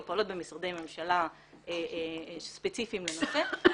ופעולות במשרדי ממשלה ספציפיים לנושא.